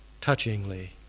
touchingly